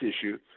issue